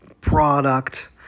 product